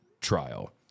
trial